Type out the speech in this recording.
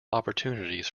opportunities